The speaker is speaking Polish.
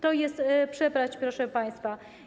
To jest przepaść, proszę państwa.